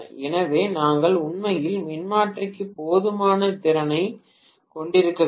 எனவே நாங்கள் உண்மையில் மின்மாற்றிக்கு போதுமான திறனைக் கொண்டிருக்கவில்லை